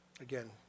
Again